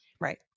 Right